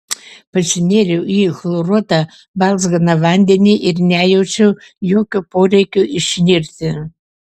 pasinėriau į chloruotą balzganą vandenį ir nejaučiau jokio poreikio išnirti